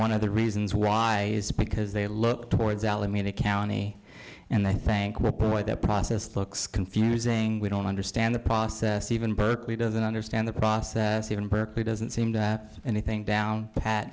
one of the reasons why is because they look towards alameda county and i think we're poor that process looks confusing we don't understand the process even berkeley doesn't understand the process even perfectly doesn't seem to anything down pat